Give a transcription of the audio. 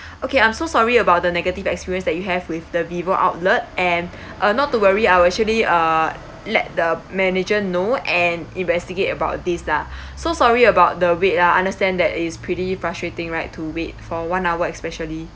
okay I'm so sorry about the negative experience that you have with the vivo outlet and uh not to worry I will actually uh let the manager know and investigate about this lah so sorry about the wait ah I understand that is pretty frustrating right to wait for one hour especially